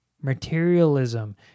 materialism